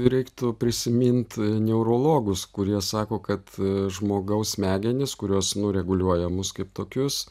reiktų prisimint neurologus kurie sako kad žmogaus smegenys kurios nu reguliuoja mus kaip tokius